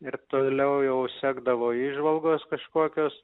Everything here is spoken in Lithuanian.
ir toliau jau sekdavo įžvalgos kažkokios